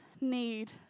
need